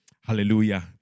Hallelujah